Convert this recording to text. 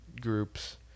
groups